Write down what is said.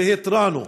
והתרענו